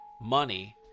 money